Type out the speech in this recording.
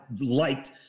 liked